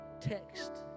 text